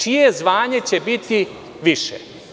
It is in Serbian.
Čije zvanje će biti više?